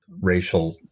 racial